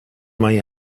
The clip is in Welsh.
mai